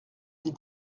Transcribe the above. des